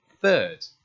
third